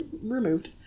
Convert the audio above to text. removed